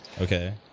Okay